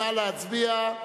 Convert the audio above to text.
נא להצביע.